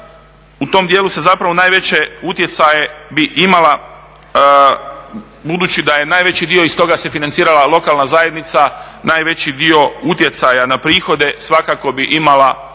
u tom dijelu najveće utjecaje bi imala budući da je najveći dio iz toga se financirala lokalna zajednica, najveći dio utjecaja na prihode svakako bi imala